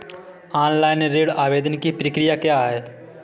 Online ऋण आवेदन की प्रक्रिया क्या है?